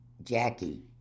jackie